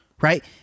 Right